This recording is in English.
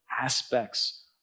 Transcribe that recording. aspects